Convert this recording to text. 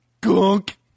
Gunk